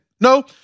no